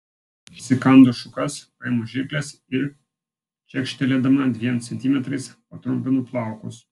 įsikandu šukas paimu žirkles ir čekštelėdama dviem centimetrais patrumpinu plaukus